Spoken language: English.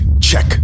check